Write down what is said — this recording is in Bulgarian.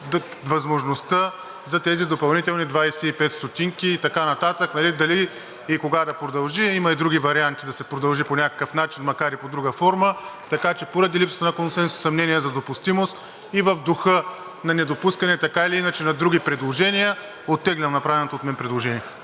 възможността за тези допълнителни 25 стотинки и така нататък, и докога да продължи. Има и други варианти да се продължи по някакъв начин, макар и под друга форма. Така че поради липсата на консенсус и съмнения за допустимост и в духа на недопускане така или иначе на други предложения, оттеглям направеното от мен предложение.